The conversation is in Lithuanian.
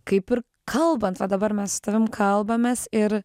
kaip ir kalbant va dabar mes su tavim kalbamės ir